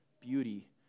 beauty